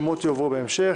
כאשר השמות יועברו בהמשך,